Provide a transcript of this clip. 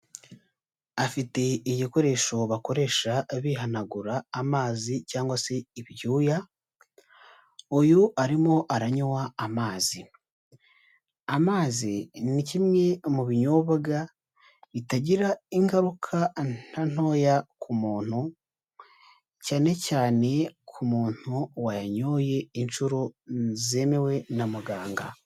Afite igikoresho bakoresha bihanagura amazi se ibyuya, uyu arimo aranywa amazi, amazi ni kimwe mu binyobwa bitagira ingaruka na ntoya ku muntu cyane cyane ku muntu wayanyoye inshuro zemewe na muganga.